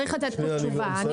צריך לתת פה תשובה,